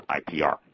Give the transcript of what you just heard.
IPR